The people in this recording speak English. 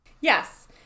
yes